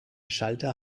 schalter